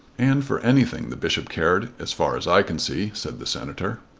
and for anything the bishop cared as far as i can see, said the senator.